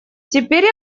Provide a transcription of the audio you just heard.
теперь